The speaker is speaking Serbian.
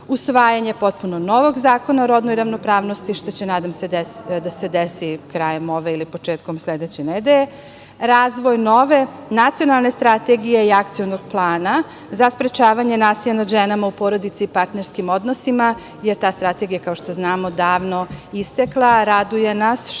usvajanje potpuno novog zakona o rodnoj ravnopravnosti, što će, nadam se, da se desi krajem ove ili početkom sledeće nedelje, razvoj nove nacionalne strategije i akcionog plana za sprečavanje nasilja nad ženama u porodici i partnerskim odnosima jer je ta strategija, kao što znamo, davno istekla. Raduje nas što je